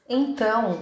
então